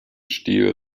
stil